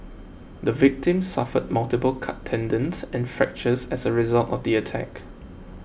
the victim suffered multiple cut tendons and fractures as a result of the attack